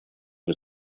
was